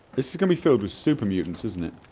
this is gonna be filled with super mutants, isn't it?